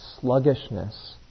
sluggishness